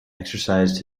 exercised